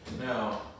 Now